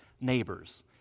neighbors